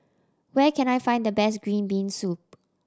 where can I find the best green bean soup